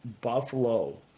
Buffalo